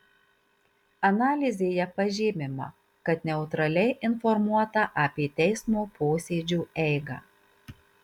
analizėje pažymima kad neutraliai informuota apie teismo posėdžių eigą